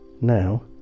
Now